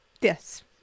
Yes